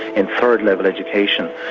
and third-level education.